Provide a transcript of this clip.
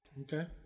Okay